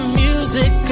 music